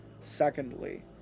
Secondly